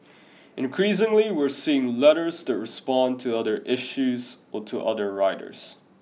increasingly we are seeing letters that respond to other issues or to other writers